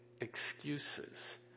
excuses